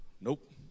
Nope